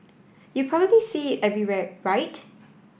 you probably see it everywhere right